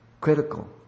critical